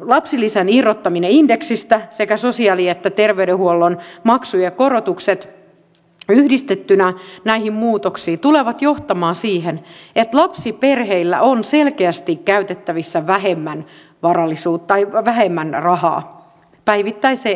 lapsilisän irrottaminen indeksistä sekä sosiaali ja terveydenhuollon maksujen korotukset yhdistettynä tulevat johtamaan siihen että lapsiperheillä on selkeästi käytettävissä vähemmän rahaa päivittäiseen elämiseen